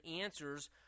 answers